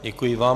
Děkuji vám.